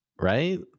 right